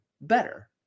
better